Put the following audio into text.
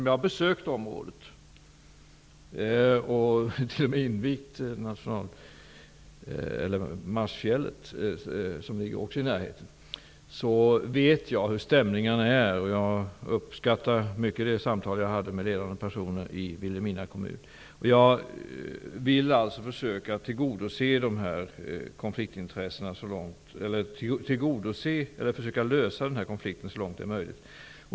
Jag har besökt området och invigt Marsfjällets naturreservat, som ligger i närheten. Jag vet hur stämningen är. Jag uppskattade mycket de samtal som jag hade med ledande personer i Vilhelmina kommun. Jag vill försöka lösa konflikten så långt det är möjligt.